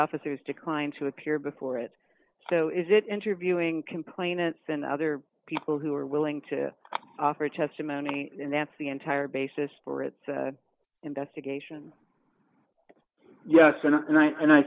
officers decline to appear before it so is it interviewing complainants and other people who are willing to offer testimony and that's the entire basis for its investigation yes and i